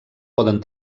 poden